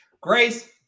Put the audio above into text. Grace